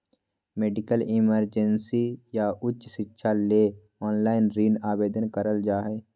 medical emergency या उच्च शिक्षा ले ऑनलाइन ऋण आवेदन करल जा हय